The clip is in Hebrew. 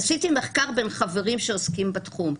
עשיתי מחקר בין חברים שעוסקים בתחום,